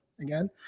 again